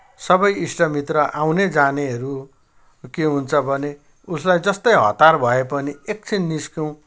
सबै इष्टमित्र आउने जानेहरू के हुन्छ भने उसलाई जस्तो हतार भए पनि एकछिन निस्क्यौँ